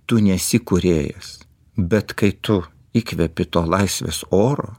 tu nesi kūrėjas bet kai tu įkvepi to laisvės oro